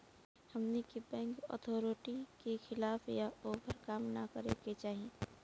हमनी के bank authority के खिलाफ या ओभर काम न करे के चाही